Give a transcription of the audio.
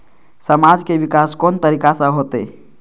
समाज के विकास कोन तरीका से होते?